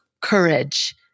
courage